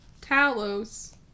Talos